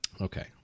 Okay